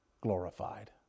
glorified